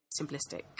simplistic